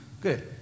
Good